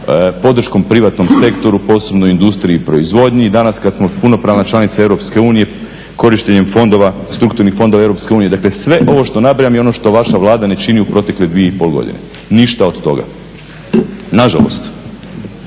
podrškom privatnom sektoru posebno industriji i proizvodnji. I danas kad smo punopravna članica EU korištenjem strukturnih fondova EU. Dakle, sve ovo što nabrajam je ono što vaša Vlada ne čini u protekle 2,5 godine, ništa od toga, nažalost.